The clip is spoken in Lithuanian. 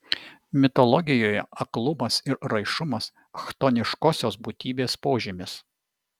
mitologijoje aklumas ir raišumas chtoniškosios būtybės požymis